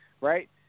right